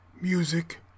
music